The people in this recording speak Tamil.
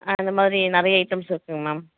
அந்தமாதிரி நிறைய ஐட்டம்ஸ் இருக்குதுங்க மேம்